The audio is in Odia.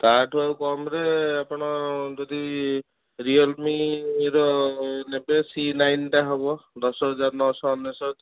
ତା ଠୁ ଆଉ କମ୍ରେ ଆପଣ ଯଦି ରିଅଲମିର ନେବେ ସି ନାଇନ୍ଟା ହେବ ଦଶ ହଜର ନଅ ଶହ ଅନେଶତ